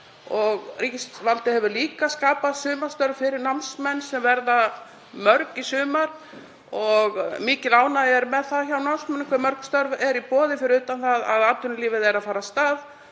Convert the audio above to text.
Ríkisvaldið hefur líka skapað mörg sumarstörf fyrir námsmenn í sumar. Mikil ánægja er með það hjá námsmönnum hve mörg störf eru í boði, fyrir utan það að atvinnulífið er að fara af